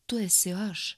tu esi aš